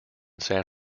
san